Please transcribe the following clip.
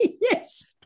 Yes